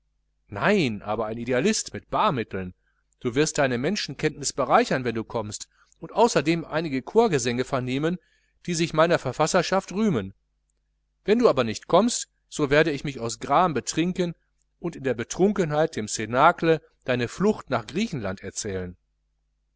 nein ein idealist aber mit baarmitteln du wirst deine menschenkenntnis bereichern wenn du kommst und außerdem einige chorgesänge vernehmen die sich meiner verfasserschaft rühmen wenn du aber nicht kommst so werde ich mich aus gram betrinken und in der betrunkenheit dem cnacle deine flucht nach griechenland erzählen